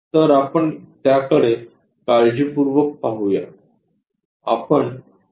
तर आपण त्याकडे काळजीपूर्वक पाहू या